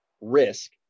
risk